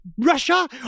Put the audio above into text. Russia